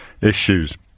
issues